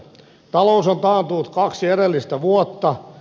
talous on taantunut kaksi edellistä vuotta